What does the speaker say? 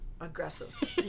aggressive